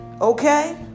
Okay